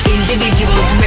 Individuals